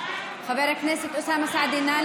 חבר הכנסת אוסאמה סעדי,